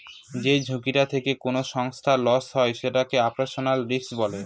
যে ঝুঁকিটা থেকে কোনো সংস্থার লস হয় সেটাকে অপারেশনাল রিস্ক বলে